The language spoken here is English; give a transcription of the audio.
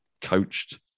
coached